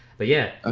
but yeah, ah